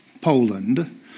poland